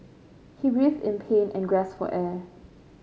he writhed in pain and gasped for air